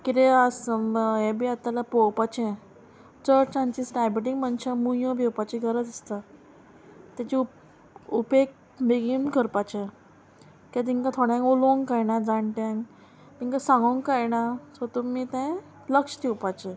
किदें संब आसा हें बी आतां जाल्यार पळोवपाचें चड चांचीस डायबेटीक मनशां मुयो भिवपाची गरज आसता तेजी उप उपेग बेगीन करपाचें कित्याक तांकां थोड्यांक उलोवंक कळना जाणट्यांक तेंकां सांगोंक कळना सो तुमी तें लक्ष दिवपाचें